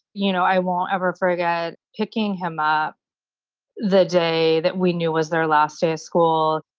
you know, i won't ever forget picking him up the day that we knew was their last day of school.